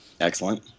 Excellent